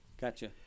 Gotcha